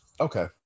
Okay